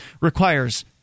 requires